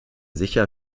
sicher